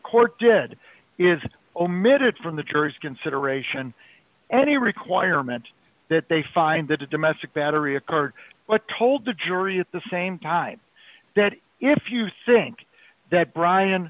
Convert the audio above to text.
court did is omitted from the jury's consideration any requirement that they find that a domestic battery occurred but told the jury at the same time that if you think that brian